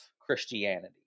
Christianity